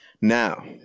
Now